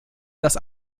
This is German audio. dass